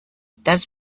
that’s